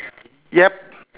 yup